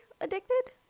addicted